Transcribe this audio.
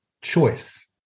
choice